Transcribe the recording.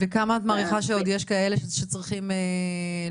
וכמה את מעריכה שעוד יש כאלה שצריכים לקבל